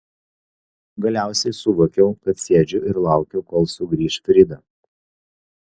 galiausiai suvokiau kad sėdžiu ir laukiu kol sugrįš frida